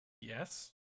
Yes